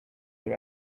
your